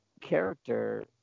character